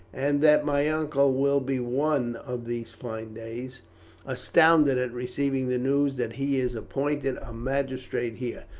and that my uncle will be one of these fine days astounded at receiving the news that he is appointed a magistrate here.